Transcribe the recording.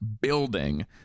building